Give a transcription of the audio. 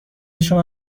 شما